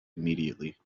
immediately